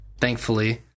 thankfully